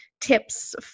tips